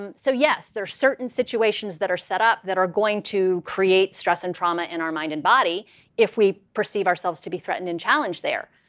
um so, yes, there are certain situations that are set up that are going to create stress and trauma in our mind and body if we perceive ourselves to be threatened and challenge there.